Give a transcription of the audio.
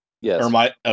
Yes